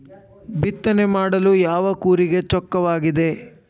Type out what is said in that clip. ಬಿತ್ತನೆ ಮಾಡಲು ಯಾವ ಕೂರಿಗೆ ಚೊಕ್ಕವಾಗಿದೆ?